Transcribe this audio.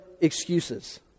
excuses